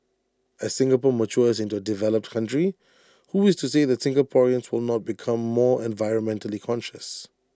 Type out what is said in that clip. as Singapore matures into A developed country who is to say that Singaporeans will not become more environmentally conscious